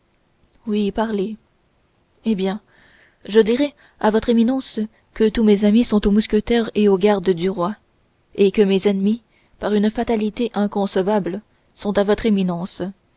oui parlez eh bien je dirai à votre éminence que tous mes amis sont aux mousquetaires et aux gardes du roi et que mes ennemis par une fatalité inconcevable sont à votre éminence